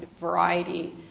variety